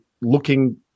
looking